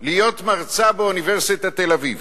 למרצה באוניברסיטת תל-אביב.